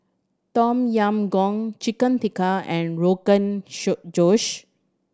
Tom Yam Goong Chicken Tikka and Rogan Josh